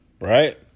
right